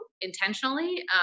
intentionally